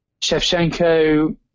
Shevchenko